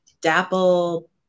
dapple